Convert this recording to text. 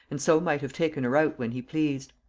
and so might have taken her out when he pleased.